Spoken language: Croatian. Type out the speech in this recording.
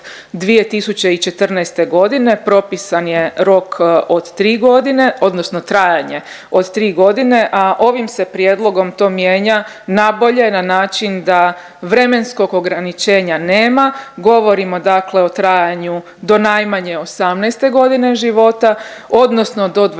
2014. godine, propisan je rok od 3 godine odnosno trajanje od 3 godine, a ovim se prijedlogom to mijenja nabolje na način da vremenskog ograničenja nema. Govorimo dakle o trajanju do najmanje 18. godine života odnosno do 26.